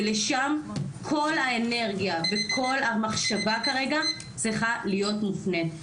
ולשם כל האנרגיה וכל המחשבה כרגע צריכה להיות מופנית,